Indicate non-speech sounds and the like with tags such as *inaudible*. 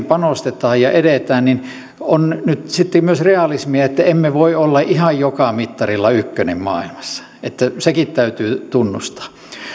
*unintelligible* panostetaan ja edetään on nyt sitten myös realismia että emme voi olla ihan joka mittarilla ykkönen maailmassa sekin täytyy tunnustaa